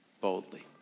boldly